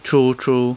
true true